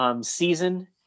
season